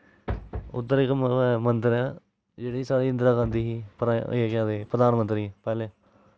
उद्धर इक मंदर ऐ जेह्ड़ी साढ़ी इंदिरा गांधी ही पैह्ले केह् आखदे प्रधानमंत्री ओह्